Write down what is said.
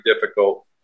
difficult